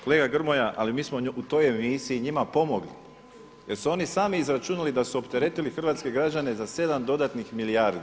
Kolega Grmoja, ali mi smo u toj emisiji njima pomogli jer su oni sami izračunali da su opteretili hrvatske građane za 7 dodatnih milijardi.